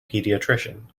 paediatrician